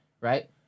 right